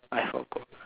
I forgot